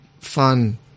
fun